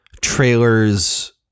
trailers